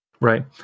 Right